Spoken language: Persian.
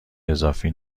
اضافی